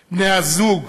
בני-הזוג,